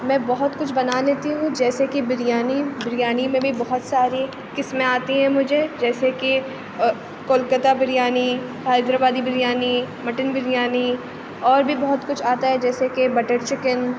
میں بہت کچھ بنا لیتی ہوں جیسے کہ بریانی بریانی میں بھی بہت ساری قسمیں آتی ہیں مجھے جیسے کہ کولکاتا بریانی حیدرآبادی بریانی مٹن بریانی اور بھی بہت کچھ آتا ہے جیسے کہ بٹر چکن